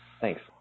Thanks